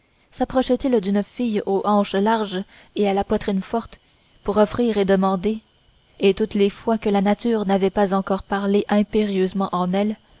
sapprochaient ils d'une fille aux hanches larges et à la poitrine forte pour offrir et demander et toutes les fois que la nature n'avait pas encore parlé impérieusement en elle